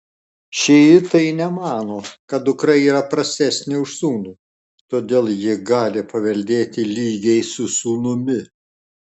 šiitai nemano kad dukra yra prastesnė už sūnų todėl ji gali paveldėti lygiai su sūnumi